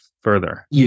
further